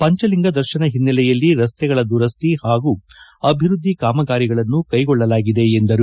ಪಂಚಲಿಂಗದರ್ಶನ ಒನ್ನೆಲೆಯಲ್ಲಿ ರಸ್ತೆಗಳ ದುರಸ್ತಿ ಹಾಗೂ ಅಭಿವೃದ್ದಿ ಕಾಮಗಾರಿಗಳನ್ನು ಕೈಗೊಳ್ಳಲಾಗಿದೆ ಎಂದರು